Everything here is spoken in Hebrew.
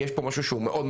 יש פה משהו שהוא מאוד,